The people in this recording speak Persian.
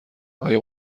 آیا